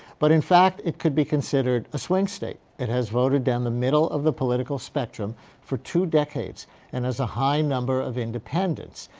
but in fact, it could be considered a swing state. it has voted down the middle of the political spectrum for two decades and has a high number of independents.